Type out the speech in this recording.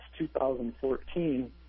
2014